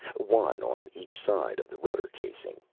one on each side of the rudder casing.